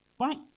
right